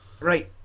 Right